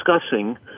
discussing